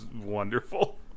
wonderful